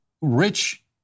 rich